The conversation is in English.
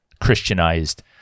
Christianized